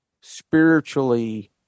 spiritually